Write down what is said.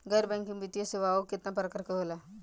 गैर बैंकिंग वित्तीय सेवाओं केतना प्रकार के होला?